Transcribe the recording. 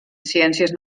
ciències